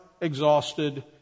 exhausted